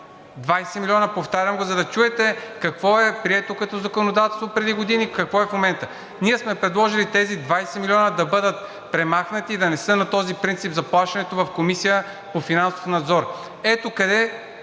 20 милиона, повтарям го, за да чуете какво е прието като законодателство преди години, какво е в момента. Ние сме предложили тези 20 милиона да бъдат премахнати и да не са на този принцип за плащането в Комисията по финансов надзор. Ето откъде